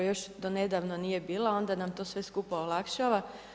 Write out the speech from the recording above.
Još do nedavno nije bila, onda nam to sve skupa olakšava.